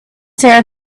sara